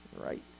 right